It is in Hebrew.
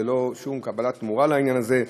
ללא שום קבלת תמורה על העניין הזה.